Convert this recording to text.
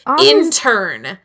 intern